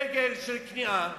דגל של כניעה,